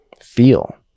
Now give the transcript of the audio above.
feel